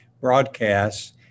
broadcasts